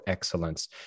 excellence